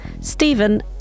Stephen